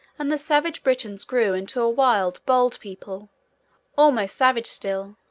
and the savage britons grew into a wild, bold people almost savage, still,